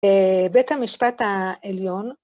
בית המשפט העליון.